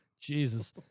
Jesus